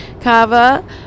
Kava